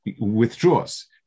withdraws